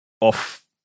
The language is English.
off